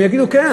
הם יגידו: כן,